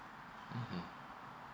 mmhmm